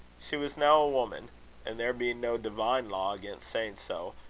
she was now a woman and, there being no divine law against saying so,